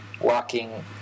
walking